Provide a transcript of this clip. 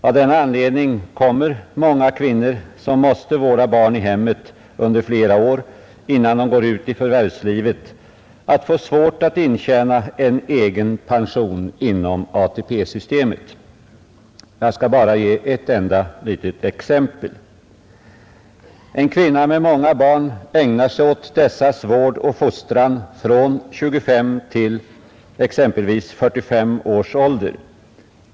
Av den anledningen kommer många kvinnor, som måste vårda barn i hemmet under flera år innan de går ut i förvärvslivet, att få svårt att intjäna en egen pension inom ATP-systemet. Jag skall bara ge ett enda litet exempel. En kvinna med många barn ägnar sig från 25 till exempelvis 45 års ålder åt dessas vård och fostran.